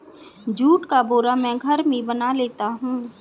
जुट का बोरा मैं घर में बना लेता हूं